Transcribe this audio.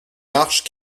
marches